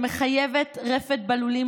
שמחייבת רפד בלולים,